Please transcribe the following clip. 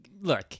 Look